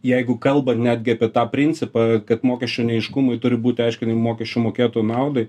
jeigu kalbant netgi apie tą principą kad mokesčių neaiškumai turi būti aiškinami mokesčių mokėtojų naudai